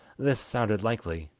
this sounded likely,